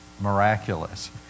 miraculous